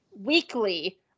weekly